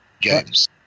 games